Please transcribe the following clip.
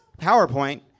PowerPoint